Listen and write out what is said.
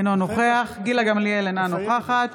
אינו נוכח גילה גמליאל, אינה נוכחת